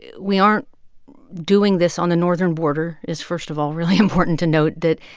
we aren't doing this on the northern border, is first of all really important to note, that